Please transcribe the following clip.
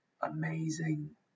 amazing